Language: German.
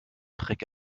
dreck